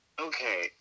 Okay